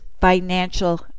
financial